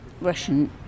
Russian